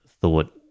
thought